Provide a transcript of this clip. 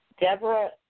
Deborah